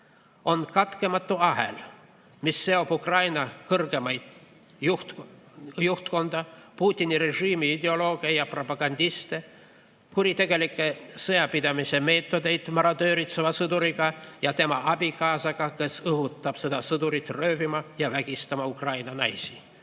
On katkematu ahel, mis seob Ukraina kõrgemat juhtkonda, Putini režiimi ideoloogia propagandiste ja kuritegelikke sõjapidamise meetodeid marodööritseva sõduriga ja tema abikaasaga, kes õhutab seda sõdurit röövima ja vägistama Ukraina naisi.